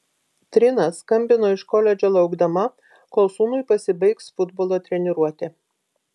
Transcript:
trina skambino iš koledžo laukdama kol sūnui pasibaigs futbolo treniruotė